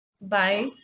bye